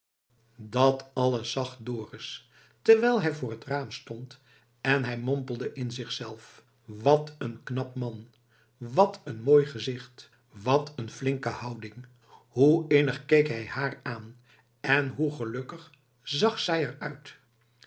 dat alles zag dorus terwijl hij voor het raam stond en hij mompelde in zichzelf wat een knap man wat een mooi gezicht wat een flinke houding hoe innig keek hij haar aan en hoe gelukkig zag zij er uit